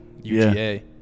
UGA